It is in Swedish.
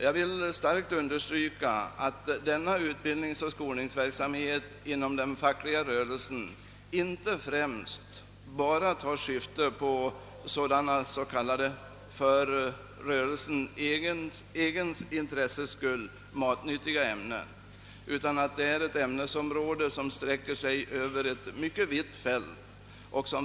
Jag vill starkt understryka att denna utbildningsoch skolningsverksamhet inom den fackliga rörelsen inte enbart omfattar sådana ämnen som är särskilt »matnyttiga» för rörelsen själv utan att ämnesområdet är mycket vittomfattande.